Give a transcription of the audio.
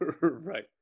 Right